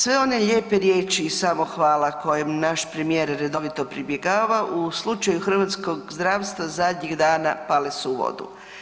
Sve one lijepe riječi i samohvala kojem naš premijer redovito pribjegava u slučaju hrvatskog zdravstva zadnjih dana pale su u vodu.